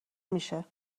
میشه